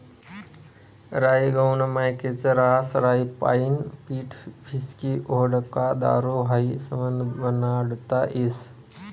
राई गहूना मायेकच रहास राईपाईन पीठ व्हिस्की व्होडका दारू हायी समधं बनाडता येस